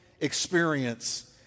experience